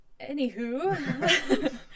anywho